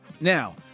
Now